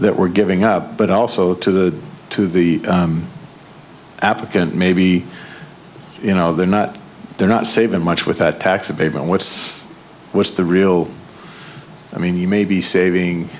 that we're giving up but also to the to the applicant maybe you know they're not they're not saving much with a tax abatement what's what's the real i mean you may be saving